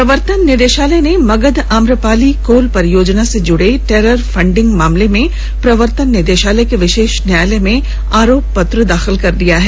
प्रवर्तन निदेशालय ने मगध आम्रपाली कोल परियोजना से जुड़े टेरर फंडिग मामले में प्रवर्तन निदेशालय के विशेष न्यायालय में आरोप पत्र दाखिल कर दिया है